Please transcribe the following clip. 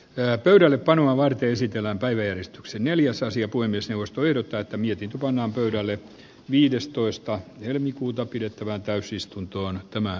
yöpöydällepanoa varten sipilän päiväjärjestyksen neljäs asia kuin myös neuvosto ehdottaa että mietit pannaan pöydälle viidestoista helmikuuta pidettävään täysistuntoon tämä